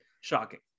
shocking